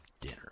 dinner